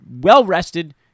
well-rested